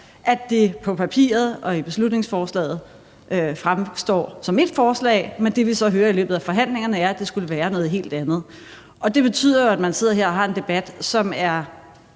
at det på papiret og i beslutningsforslaget fremstår somét forslag, mens det, vi så hører i løbet af forhandlingerne, er, at det skulle være et helt andet forslag. Det betyder jo, at man sidder her og har en debat, som er